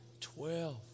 Twelve